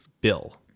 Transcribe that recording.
bill